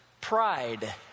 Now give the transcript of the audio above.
pride